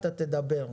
תדבר.